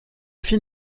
fil